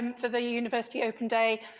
for the university open day,